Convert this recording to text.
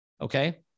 Okay